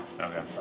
Okay